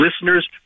listeners